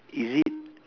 is it